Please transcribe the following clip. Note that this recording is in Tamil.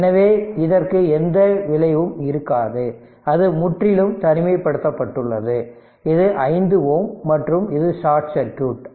எனவே இதற்கு எந்த விளைவும் இருக்காது அது முற்றிலும் தனிமைப்படுத்தப்பட்டுள்ளது இது 5 Ω மற்றும் இது ஷார்ட் சர்க்யூட்